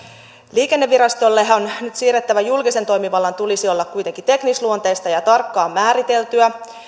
liikennevirastolle nyt siirrettävän julkisen toimivallanhan tulisi olla kuitenkin teknisluonteista ja ja tarkkaan määriteltyä